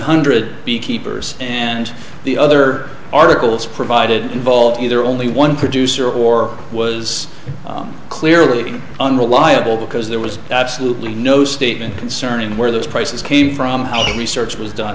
hundred beekeepers and the other articles provided involve either only one producer or was clearly unreliable because there was absolutely no statement concerning where those prices came from all the research was done